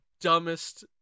dumbest